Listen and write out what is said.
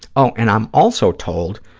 oh, and i'm also told,